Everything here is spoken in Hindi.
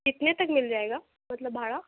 कितने तक मिल जाएगा मतलब भाड़ा